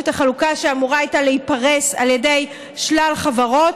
שאמורה הייתה להיפרס על ידי שלל חברות,